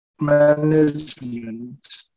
management